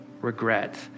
regret